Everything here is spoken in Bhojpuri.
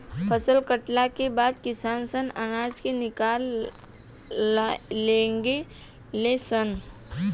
फसल कटला के बाद किसान सन अनाज के निकाले लागे ले सन